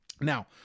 Now